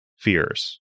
fears